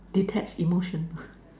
detach emotional